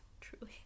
Truly